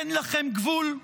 אין לכם גבול?